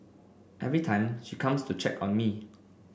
every time she comes to check on me